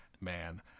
man